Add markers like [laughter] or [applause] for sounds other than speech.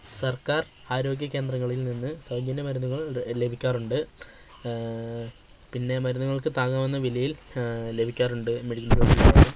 സർക്കാർ ആരോഗ്യ കേന്ദ്രങ്ങളിൽ നിന്ന് സൗജന്യ മരുന്നുകൾ ലഭിക്കാറുണ്ട് പിന്നെ മരുന്നുകൾക്ക് താങ്ങാവുന്ന വിലയിൽ ലഭിക്കാറുണ്ട് മെഡിക്കൽ [unintelligible]